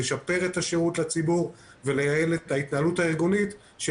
לשפר את השירות לציבור ולנהל את ההתנהלות הארגונית של